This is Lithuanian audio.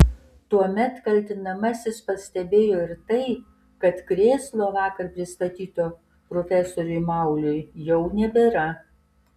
tuomet kaltinamasis pastebėjo ir tai kad krėslo vakar pristatyto profesoriui mauliui jau nebėra